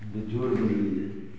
यह जो भी